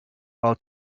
while